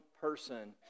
person